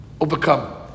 overcome